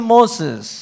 Moses